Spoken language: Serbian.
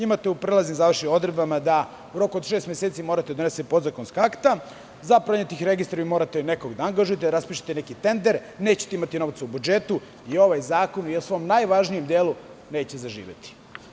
Imate u prelaznim i završnim odredbama da u roku od šest meseci morate da donesete podzakonska akta, za promenu tih registara morate nekog da angažujete, da raspišete neki tender, nećete imati novca u budžetu i ovaj zakon u svom najvažnijem delu neće zaživeti.